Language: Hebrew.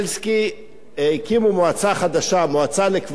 הקימו מועצה חדשה, מועצה לכבלים ולוויין,